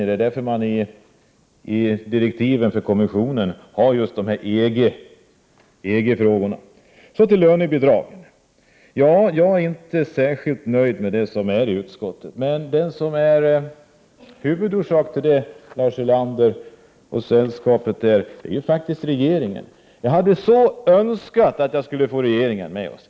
Det är därför regeringen i direktiven till kommissionen har tagit med just dessa EG-frågor. Så till frågan om lönebidrag. Jag är inte särskild nöjd med utskottet, men det organ som är huvudorsak till detta, Lars Ulander och hans sällskap, är faktiskt regeringen. Jag hade så gärna önskat att vi fått regeringen med oss.